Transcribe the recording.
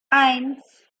eins